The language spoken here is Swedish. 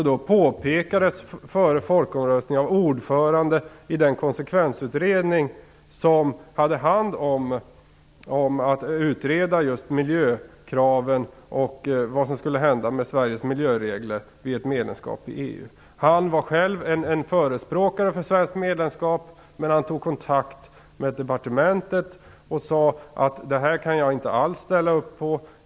Det påpekades också före folkomröstningen av ordföranden i den konsekvensutredning som hade att utreda miljökraven och vad som skulle hända med Sveriges miljöregler vid ett medlemskap i EU. Han var själv en förespråkare för ett svenskt medlemskap, men han tog kontakt med departementet och sade att han inte alls kunde ställa upp på detta.